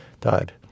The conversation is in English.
died